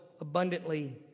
abundantly